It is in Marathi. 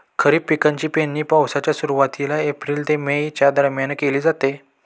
खरीप पिकांची पेरणी पावसाच्या सुरुवातीला एप्रिल ते मे च्या दरम्यान केली जाते